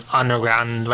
underground